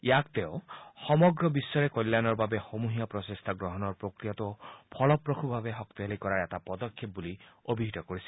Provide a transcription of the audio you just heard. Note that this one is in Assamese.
ইয়াক তেওঁ সমগ্ৰ বিশ্বৰে কল্যাণৰ বাবে সমূহীয়া ব্যৱস্থা গ্ৰহণৰ প্ৰক্ৰিয়াটো ফলপ্ৰসুভাৱে শক্তিশালী কৰাৰ এটা পদক্ষেপ বুলি অভিহিত কৰিছিল